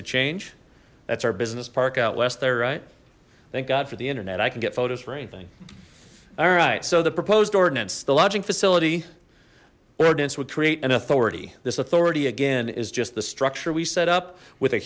to change that's our business park out west there right thank god for the internet i can get photos for anything alright so the proposed ordinance the lodging facility ordinance would create an authority this authority again is just the structure we set up with a